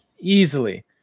easily